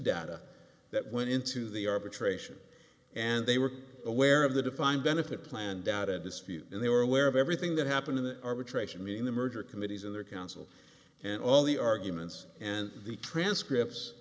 data that went into the arbitration and they were aware of the defined benefit plan doubted dispute and they were aware of everything that happened in the arbitration meaning the merger committees in their council and all the arguments and the transcripts